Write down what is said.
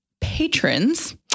patrons